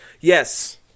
Yes